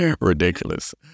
Ridiculous